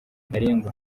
ntarengwa